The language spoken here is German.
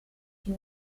die